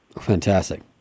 Fantastic